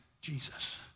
Jesus